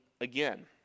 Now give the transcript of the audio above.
again